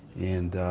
and,